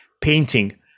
painting